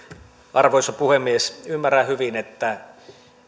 arvoisa puhemies ymmärrän hyvin että